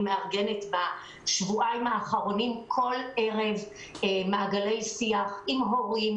אני מארגנת בשבועיים האחרונים כל ערב מעגלי שיח עם הורים,